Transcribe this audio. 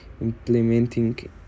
implementing